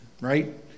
right